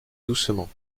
doucement